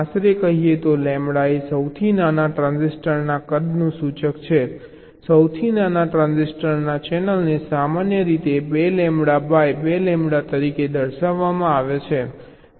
આશરે કહીએ તો લેમ્બડા એ સૌથી નાના ટ્રાન્ઝિસ્ટરના કદનું સૂચક છે સૌથી નાના ટ્રાન્ઝિસ્ટરની ચેનલને સામાન્ય રીતે 2 લેમ્બડા બાય 2 લેમ્બડા તરીકે દર્શાવવામાં આવે છે